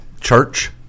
church